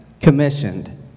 commissioned